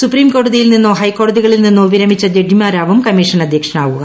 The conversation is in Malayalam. സുപ്രീം കോടതിയിൽ നിന്നോ ഹൈക്കോടതികളിൽ നിന്നോ വിരമിച്ച ജഡ്ജിമാരാവും കമ്മീഷൻ അധ്യക്ഷനാവുക